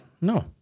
no